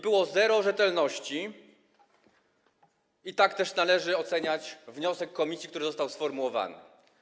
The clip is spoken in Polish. Było zero rzetelności i tak też należy oceniać wniosek komisji, który został sformułowany.